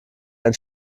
ein